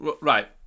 right